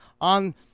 on